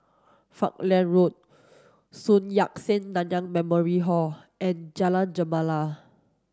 Falkland Road Sun Yat Sen Nanyang Memorial Hall and Jalan Gemala